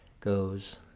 goes